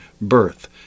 birth